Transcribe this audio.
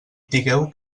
digueu